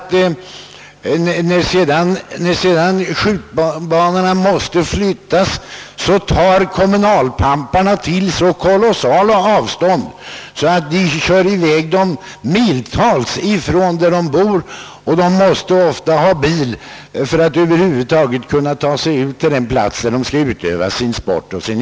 Ty när skjutbanorna måste flyttas kör kommunalpamparna i väg dem miltals ifrån där skyttarna bor, och dessa måste ofta ta bil för att över huvud taget kunna ta sig ut till den plats där de skall utöva sin sport.